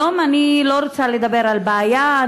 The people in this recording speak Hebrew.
היום אני לא רוצה לדבר על בעיה,